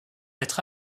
être